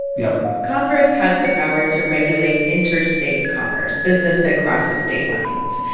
yup congress has the power to regulate interstate commerce business that crosses state lines.